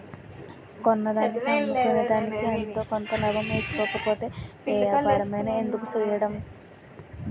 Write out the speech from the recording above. కొన్నదానికి అమ్ముకునేదికి ఎంతో కొంత లాభం ఏసుకోకపోతే ఏ ఏపారమైన ఎందుకు సెయ్యడం?